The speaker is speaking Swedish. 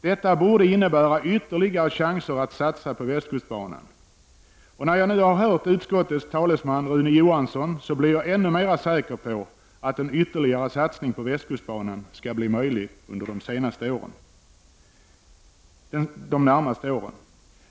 Detta borde innebära ytterligare chanser att satsa på västkustbanan. När jag nu har hört utskottets talesman Rune Johansson blir jag ännu mera säker på att en ytterligare satsning på västkustbanan skall bli möjlig under de närmaste åren.